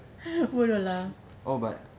bodoh lah